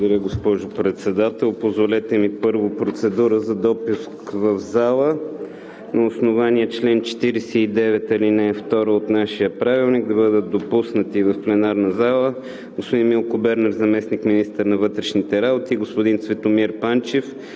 Благодаря, госпожо Председател. Позволете ми първо процедура за допуск в залата. На основание чл. 49, ал. 2 от нашия Правилник да бъдат допуснати в пленарната зала господин Милко Бернев – заместник-министър на вътрешните работи, и господин Цветомир Панчев